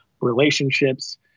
relationships